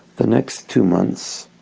the next two months